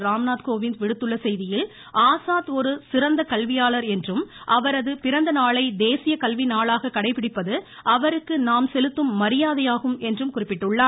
ராம்நாத் கோவிந்த் விடுத்துள்ள செய்தியில் ஆசாத் ஒரு சிறந்த கல்வியாளா் என்றும் அவரது பிறந்த நாளை தேசிய கல்வி நாளாக கடைபிடிப்பது அவருக்கு நாம் செலுத்தும் மரியாதையாகும் என்றும் குறிப்பிட்டுள்ளார்